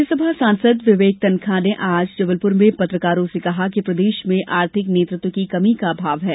राज्य सभा सांसद विवेक तनखा ने आज जबलप्र में पत्रकारों से कहा कि प्रदेश में आर्थिक नेतृत्व की कमी का अभाव है